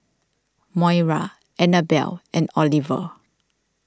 Moira Annabel and Oliver